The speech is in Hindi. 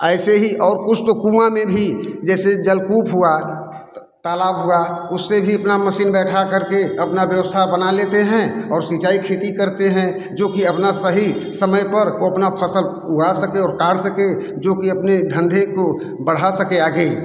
ऐसे ही और कुछ तो कुँआ में भी जैसे जलकूप हुआ तालाब हुआ उससे भी अपना मशीन बैठा करके अपना व्यवस्था बना लेते हैं और सींचाई खेती करते हैं जो कि अपना सही समय पर वो अपना फसल उगा सकें और काट सकें जो कि अपने धंधे को बढ़ा सकें आगे